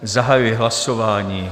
Zahajuji hlasování.